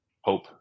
hope